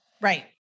Right